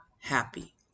happy